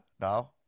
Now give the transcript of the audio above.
no